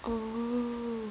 oh